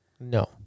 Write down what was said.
No